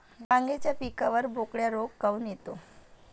वांग्याच्या पिकावर बोकड्या रोग काऊन येतो?